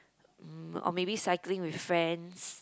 mm or maybe cycling with friends